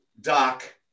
Doc